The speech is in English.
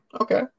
Okay